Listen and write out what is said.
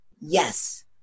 yes